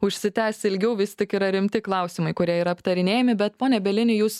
užsitęs ilgiau vis tik yra rimti klausimai kurie yra aptarinėjami bet pone bielini jūs